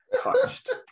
touched